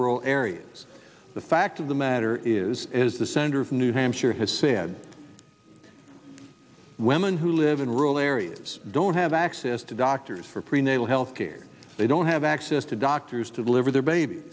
rural areas the fact of the matter is is the center of new hampshire has said women who live in rural areas don't have access to doctors for prenatal health care they don't have access to doctors to deliver their baby